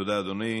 תודה, אדוני.